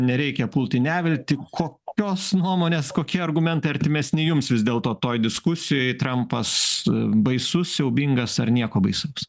nereikia pult į neviltį kokios nuomonės kokie argumentai artimesni jums vis dėlto toj diskusijoj trampas baisus siaubingas ar nieko baisaus